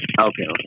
Okay